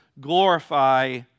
glorify